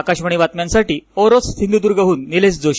आकाशवाणी बातम्यांसाठी ओरोस सिंधुद्गहन निलेश जोशी